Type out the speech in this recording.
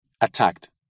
attacked